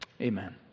Amen